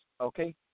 okay